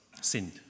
sinned